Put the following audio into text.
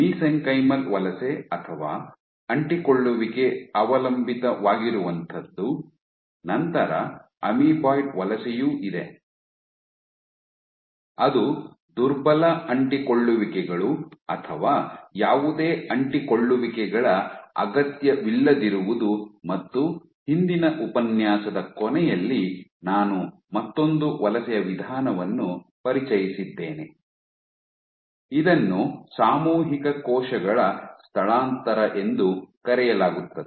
mesenchymal ವಲಸೆ ಅಥವಾ ಅಂಟಿಕೊಳ್ಳುವಿಕೆ ಅವಲಂಬಿತವಾಗಿರುವಂಥದ್ದು ನಂತರ ಅಮೀಬಾಯ್ಡ್ ವಲಸೆಯೂ ಇದೆ ಅದು ದುರ್ಬಲ ಅಂಟಿಕೊಳ್ಳುವಿಕೆಗಳು ಅಥವಾ ಯಾವುದೇ ಅಂಟಿಕೊಳ್ಳುವಿಕೆಗಳ ಅಗತ್ಯವಿಲ್ಲದಿರುವುದು ಮತ್ತು ಹಿಂದಿನ ಉಪನ್ಯಾಸದ ಕೊನೆಯಲ್ಲಿ ನಾನು ಮತ್ತೊಂದು ವಲಸೆಯ ವಿಧಾನವನ್ನು ಪರಿಚಯಿಸಿದ್ದೇನೆ ಅದನ್ನು ಸಾಮೂಹಿಕ ಕೋಶಗಳ ಸ್ಥಳಾಂತರ ಎಂದು ಕರೆಯಲಾಗುತ್ತದೆ